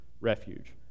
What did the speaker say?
refuge